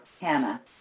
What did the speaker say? Hannah